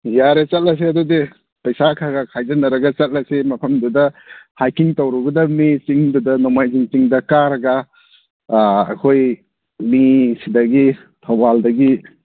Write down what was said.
ꯌꯥꯔꯦ ꯆꯠꯂꯁꯤ ꯑꯗꯨꯗꯤ ꯄꯩꯁꯥ ꯈꯔ ꯈꯔ ꯈꯥꯏꯖꯤꯟꯅꯔꯒ ꯆꯠꯂꯁꯤ ꯃꯐꯝꯗꯨꯗ ꯍꯥꯏꯀꯤꯡ ꯇꯧꯔꯨꯒꯗꯝꯅꯤ ꯆꯤꯡꯗꯨꯗ ꯅꯣꯡꯃꯥꯏꯖꯤꯡ ꯆꯤꯡꯗ ꯀꯥꯔꯒ ꯑꯩꯈꯣꯏ ꯃꯤ ꯁꯤꯗꯒꯤ ꯊꯧꯕꯥꯜꯗꯒꯤ